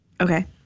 Okay